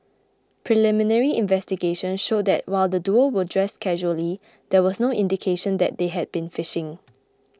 preliminary investigations showed that while the duo were dressed casually there was no indication that they had been fishing